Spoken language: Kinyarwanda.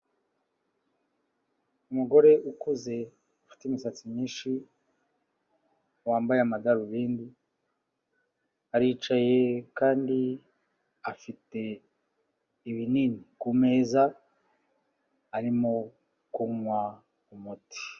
Umugore ukuze ufite imisatsi myinshi, wambaye amadarubindi, aricaye kandi afite ibinini ku meza arimo kunywa umuti.